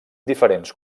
diferents